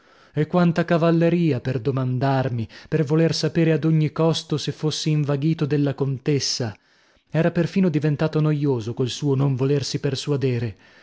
e quanta cavalleria per domandarmi per voler sapere ad ogni costo se fossi invaghito della contessa era perfino diventato noioso col suo non volersi persuadere